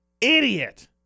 Idiot